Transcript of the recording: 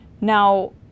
Now